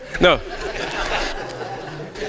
No